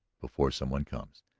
before some one comes,